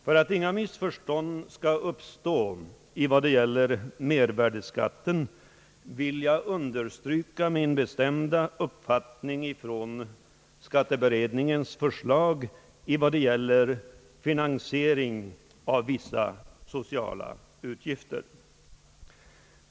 För att inga missförstånd då det gäller mervärdeskatten skall uppstå, vill jag understryka min bestämda uppfattning från skatteberedningen i fråga om finansieringen av vissa sociala utgifter.